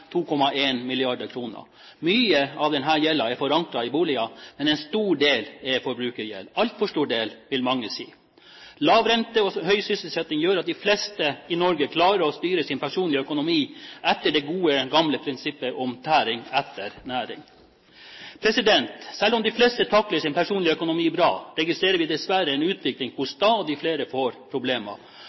Mye av denne gjelden er forankret i boliger, men en stor del er forbrukergjeld – en altfor stor del, vil mange si. Lav rente og høy sysselsetting gjør at de fleste i Norge klarer å styre sin personlige økonomi etter det gode gamle prinsippet om tæring etter næring. Selv om de fleste takler sin personlige økonomi bra, registrerer vi dessverre en utvikling hvor stadig flere får problemer,